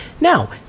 Now